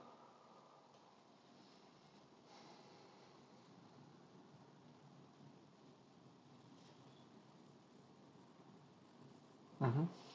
mmhmm